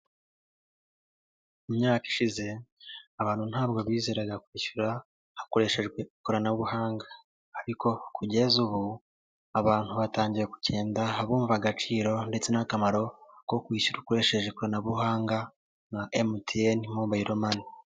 Mu myaka ishize abantu ntabwo bizeraga kwishyura hakoreshejwe ikoranabuhanga; ariko kugeza ubu abantu batangiye kugenda bumva agaciro ndetse n'akamaro ko kwishyura ukoresheje ikoranabuhanga nka emutiyene mobile mani.